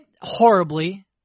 horribly